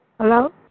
Hello